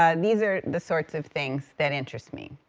ah these are the sorts of things that interest me.